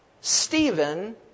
Stephen